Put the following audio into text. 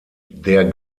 der